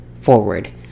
forward